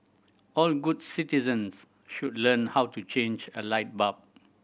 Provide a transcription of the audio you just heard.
all good citizens should learn how to change a light bulb